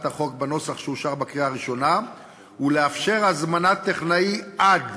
החוק בנוסח שאושר בקריאה הראשונה ולאפשר הזמנת טכנאי עד